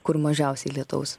kur mažiausiai lietaus